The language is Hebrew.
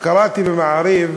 קראתי ב"מעריב",